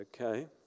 Okay